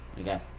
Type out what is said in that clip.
okay